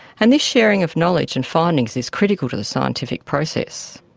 and this sharing of knowledge and findings is critical to the scientific process.